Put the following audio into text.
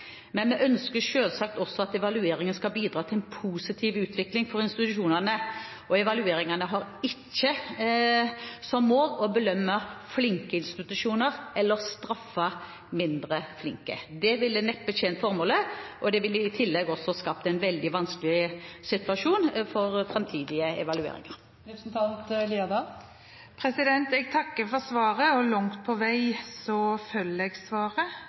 Vi ønsker selvsagt også at evalueringene skal bidra til en positiv utvikling for institusjonene. Evalueringene har ikke som mål å belønne flinke institusjoner eller straffe mindre flinke. Det ville neppe tjent formålet, og det ville i tillegg også skapt en veldig vanskelig situasjon for framtidige evalueringer. Jeg takker for svaret. Langt på vei